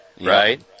Right